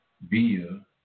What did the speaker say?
via